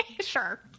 Sure